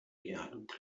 geeignete